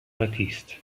baptiste